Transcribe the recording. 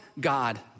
God